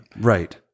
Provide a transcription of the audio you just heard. Right